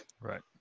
right